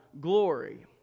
glory